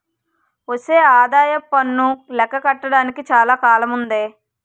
ఒసే ఆదాయప్పన్ను లెక్క కట్టడానికి చాలా కాలముందే